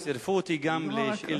אמרו לי שצירפו אותי גם לשאילתא